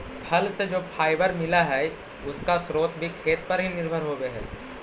फल से जो फाइबर मिला हई, उसका स्रोत भी खेत पर ही निर्भर होवे हई